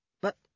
But